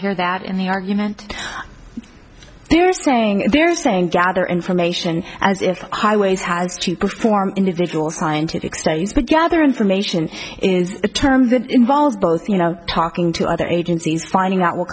hear that in the argument they're saying they're saying gather information as if highways has to perform individual scientific studies but gather information is a term that involves both you know talking to other agencies finding out what